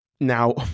now